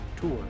Tour